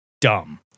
dumb